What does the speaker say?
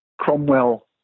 Cromwell